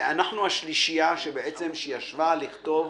אנחנו השלישייה שישבה לכתוב